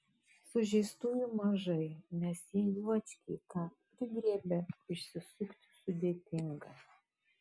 sužeistųjų mažai nes jei juočkiai ką prigriebia išsisukti sudėtinga